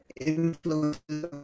influences